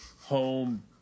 home